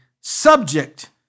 Subject